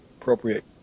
appropriate